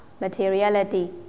materiality